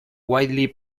widely